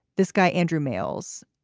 this guy, andrew males,